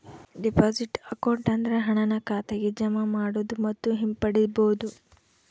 deposit account ಅಂದ್ರೆ ಹಣನ ಖಾತೆಗೆ ಜಮಾ ಮಾಡೋದು ಮತ್ತು ಹಿಂಪಡಿಬೋದು